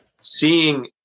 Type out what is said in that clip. seeing